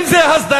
אם זה הסדרה,